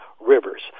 rivers